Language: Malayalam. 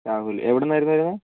രാഹുൽ എവിടെ നിന്ന് ആയിരുന്നു വരുന്നത്